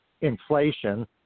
inflation